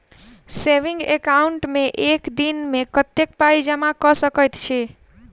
Saving account मे एक दिनमे कतेक पाई जमा कऽ सकैत छी?